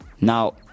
Now